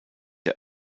der